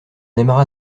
aimera